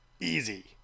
Easy